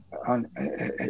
on